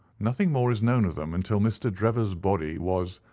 nothing more is known of them until mr. drebber's body was,